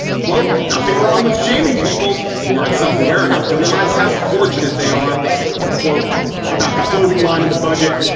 quote nothing wrong with shaming people who aren't self-aware enough to realize how fortunate they are and quote about the clothing line in the budget.